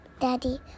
Daddy